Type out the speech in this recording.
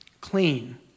clean